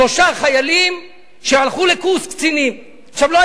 שלושה חיילים הלכו לקורס קצינים.